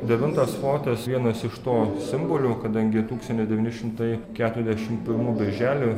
devintas fortas vienas iš to simbolių kadangi tūkstantis devyni šimtai keturiasdešimt pirmų birželį